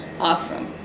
Awesome